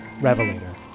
Revelator